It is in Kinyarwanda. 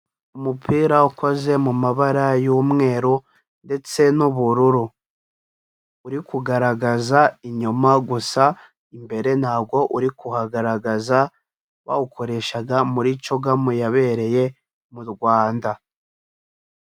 Umupira ukoze mu mabara y'umweru ndetse n'ubururu. Uri kugaragaza inyuma gusa imbere ntago uri kuhagaragaza, bawukoreshaga muri CHOGM yabereye mu Rwanda.